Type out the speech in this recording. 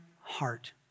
heart